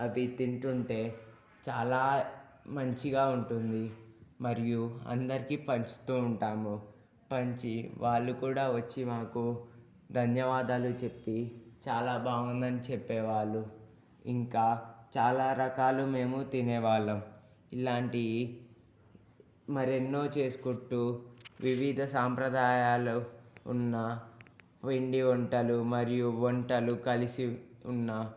అవి తింటుంటే చాలా మంచిగా ఉంటుంది మరియు అందరికీ పంచుతూ ఉంటాము పంచి వాళ్ళు కూడా వచ్చి మాకు ధన్యవాదాలు చెప్పి చాలా బాగుందని చెప్పేవాళ్లు ఇంకా చాలా రకాలు మేము తినేవాళ్ళం ఇలాంటివి మరెన్నో చేసుకుంటూ వివిధ సాంప్రదాయాలు ఉన్న పిండి వంటలు మరియు వంటలు కలిసి ఉన్న